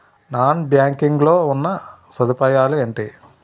Non banking లో ఉన్నా సదుపాయాలు ఎంటి?